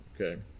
okay